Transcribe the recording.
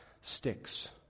sticks